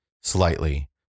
slightly